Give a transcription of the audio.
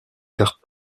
cartes